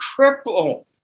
cripple